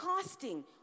casting